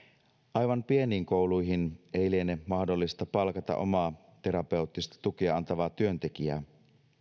aivan pieniin kouluihin ei liene mahdollista palkata omaa terapeuttista tukea antavaa työntekijää